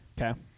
Okay